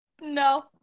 No